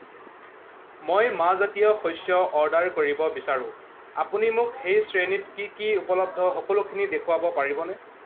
মই মাহজাতীয় শস্য অৰ্ডাৰ কৰিব বিচাৰোঁ আপুনি মোক সেই শ্ৰেণীত কি কি উপলব্ধ সকলোখিনি দেখুৱাব পাৰিবনে